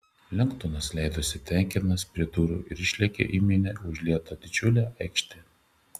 lengdonas leidosi tekinas prie durų ir išlėkė į minia užlietą didžiulę aikštę